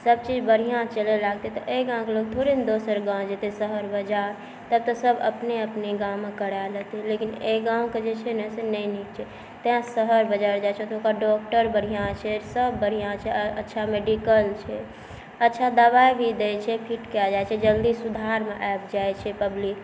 सबचीज बढ़िआँ चलै लागतै तऽ एहि गामके लोक थोड़े ने दोसर गाम जेतै शहर बाजार तब तऽ सब अपने अपने गाममे करा लेतै लेकिन एहि गामके जे छै ने से नहि नीक छै तेँ शहर बाजार जाइ छै एहिठामक डॉक्टर बढ़िआँ छै सब बढ़िआँ छै अच्छा मेडिकल छै अच्छा दबाइ भी दै छै फिट कऽ जाइ छै जल्दी सुधारमे आबि जाइ छै पब्लिक